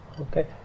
Okay